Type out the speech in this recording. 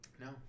No